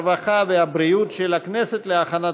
הרווחה והבריאות נתקבלה.